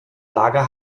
lager